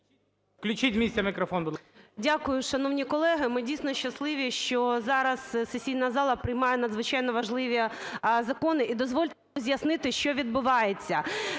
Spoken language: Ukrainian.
Дякую, шановні колеги. Ми дійсно щасливі, що зараз сесійна зала приймає надзвичайно важливі закони і дозвольте роз’яснити, що відбувається.